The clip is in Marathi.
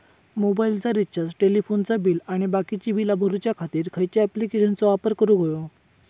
मोबाईलाचा रिचार्ज टेलिफोनाचा बिल आणि बाकीची बिला भरूच्या खातीर खयच्या ॲप्लिकेशनाचो वापर करूक होयो?